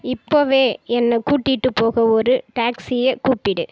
இப்போவே என்னை கூட்டிகிட்டு போக ஒரு டாக்ஸியை கூப்பிடு